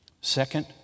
Second